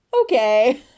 Okay